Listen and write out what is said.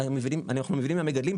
אנחנו מבינים מהמגדלים,